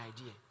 idea